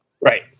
Right